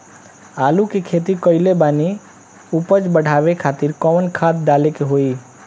आलू के खेती कइले बानी उपज बढ़ावे खातिर कवन खाद डाले के होई?